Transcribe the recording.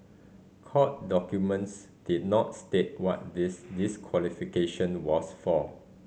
court documents did not state what this disqualification was for